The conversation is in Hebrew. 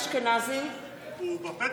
הוא בפתח.